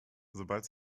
sobald